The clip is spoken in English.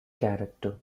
character